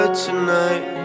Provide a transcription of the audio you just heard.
tonight